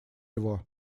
его